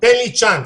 תן לי צ'אנס.